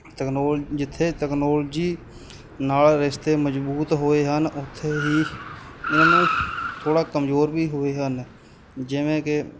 ਤਕਨੋਲ ਜਿੱਥੇ ਤਕਨੋਲਜੀ ਨਾਲ ਰਿਸ਼ਤੇ ਮਜ਼ਬੂਤ ਹੋਏ ਹਨ ਉੱਥੇ ਹੀ ਇਹਨਾਂ ਨੂੰ ਥੋੜ੍ਹਾ ਕਮਜ਼ੋਰ ਵੀ ਹੋਏ ਹਨ ਜਿਵੇਂ ਕਿ